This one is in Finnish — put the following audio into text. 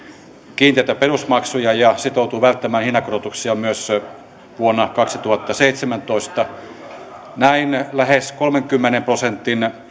kiinteitä perusmaksuja ja sitoutuu välttämään hinnankorotuksia myös vuonna kaksituhattaseitsemäntoista näin lähes kolmenkymmenen prosentin